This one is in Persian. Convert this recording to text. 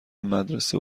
مدرسه